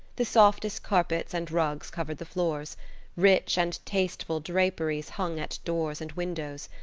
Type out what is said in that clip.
the softest carpets and rugs covered the floors rich and tasteful draperies hung at doors and windows.